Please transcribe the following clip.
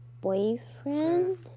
boyfriend